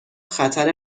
خطر